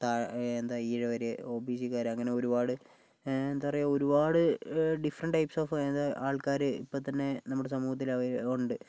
താഴ് എന്താ ഈഴവർ ഒ ബി സിക്കാർ അങ്ങനെ ഒരുപാട് ഒരുപാട് ഡിഫറെൻറ് ടൈപ്സ് ഓഫ് ആൾക്കാർ ഇപ്പോൾ തന്നെ നമ്മുടെ സമൂഹത്തിൽ അവ ഉണ്ട്